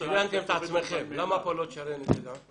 שריינתם את עצמכם, למה לא תשריין פה גם את זה?